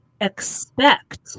expect